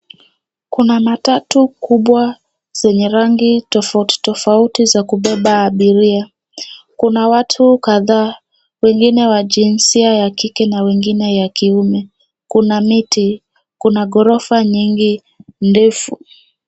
Kuna matatu kubwa zenye rangi tofauti tofauti za kubeba abiria. Kuna watu kadhaa, wengine wa jinsia ya kike na wengine ya kiume. Kuna miti. Kuna ghorofa nyingi ndefu.